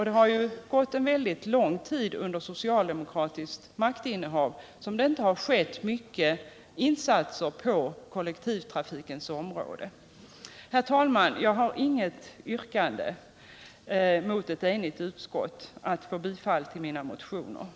Det har gått en väldigt lång tid med socialdemokratiskt maktinnehav då det inte har gjorts insatser på kollektivtrafikens område. Herr talman! Jag har inte något yrkande, mot ett enigt utskott, om bifall till mina motioner.